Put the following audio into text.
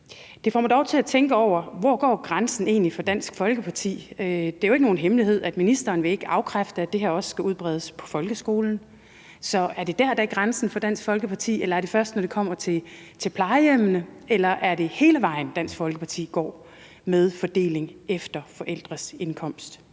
Det får mig dog til at tænke over, hvor grænsen egentlig går for Dansk Folkeparti. Det er jo ikke nogen hemmelighed, at ministeren ikke vil afkræfte, at det her også skal udbredes til folkeskolen. Så er dét grænsen for Dansk Folkeparti, eller er det først, når det kommer til plejehjemmene – eller er det hele vejen, Dansk Folkeparti går i forhold til fordeling efter forældres indkomst?